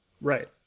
Right